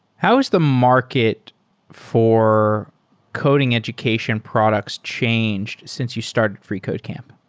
how has the market for coding education products changed since you started freecodecamp?